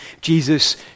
jesus